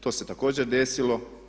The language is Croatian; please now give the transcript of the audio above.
To se također desilo.